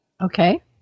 Okay